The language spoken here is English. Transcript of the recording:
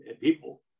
people